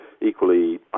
Equally